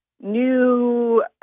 new